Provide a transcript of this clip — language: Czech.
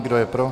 Kdo je pro?